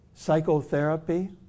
psychotherapy